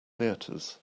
theatres